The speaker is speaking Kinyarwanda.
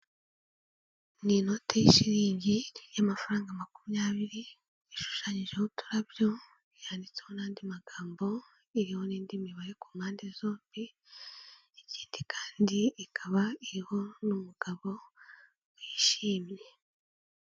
Ni inoti y'ishiringi y'amafaranga makumyabiri ishushanyijeho uturabyo, yanditsweho n'andi magambo, iriho n'indi mibare ku mpande zombi, ikinditi kandi ikaba iriho n'umugabo wishimye.